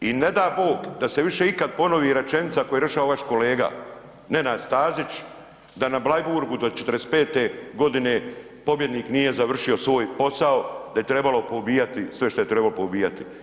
I ne da Bog da se više ikad ponovi rečenica koju je rekao vaš kolega Nenad Stazić da na Bleiburgu do '45.g. pobjednik nije završio svoj posao, da je trebalo poubijati sve što je trebalo poubijati.